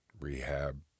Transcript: rehab